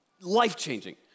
life-changing